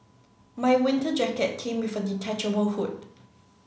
my winter jacket came with a detachable hood